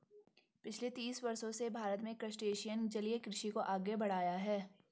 पिछले तीस वर्षों से भारत में क्रस्टेशियन जलीय कृषि को आगे बढ़ाया है